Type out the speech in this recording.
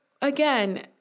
again